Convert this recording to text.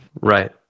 Right